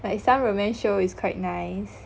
like some romance show is quite nice